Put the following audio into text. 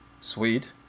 Sweet